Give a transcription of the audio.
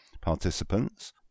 participants